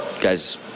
guys